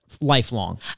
lifelong